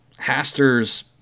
Haster's